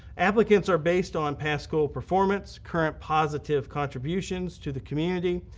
applicants are based on past school performance, current positive contributions to the community,